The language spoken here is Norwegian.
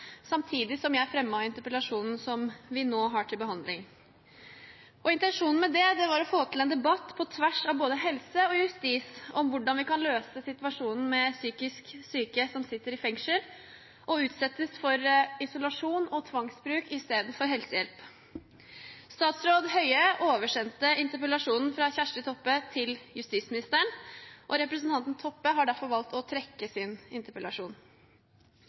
samtidig som jeg fremmet interpellasjonen som vi nå har til behandling. Intensjonen med det var å få til en debatt på tvers av helse og justis om hvordan vi kan løse situasjonen med psykisk syke som sitter i fengsel og utsettes for isolasjon og tvangsbruk i stedet for å få helsehjelp. Statsråd Høie oversendte interpellasjonen fra Kjersti Toppe til justisministeren, og representanten Toppe har derfor valgt å trekke sin interpellasjon.